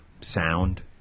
sound